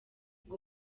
ngo